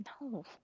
No